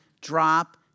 drop